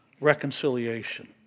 reconciliation